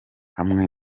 hamwe